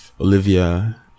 Olivia